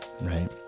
right